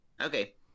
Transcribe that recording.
Okay